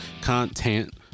Content